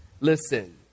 Listen